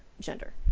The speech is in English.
gender